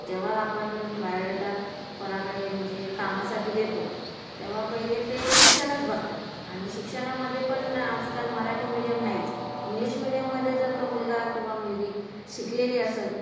जेव्हा आपण बायोडेटा कोणाकडे म्हणजे कामासाठी देतो तेव्हा पहिले ते शिक्षणच बघतात आणि शिक्षणामध्ये पण आजकाल मराठी मीडियम नाहीच इंग्लिश मिडियममध्ये जर तो मुलगा किंवा मुलगी शिकलेली असेल